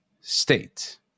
state